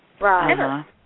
Right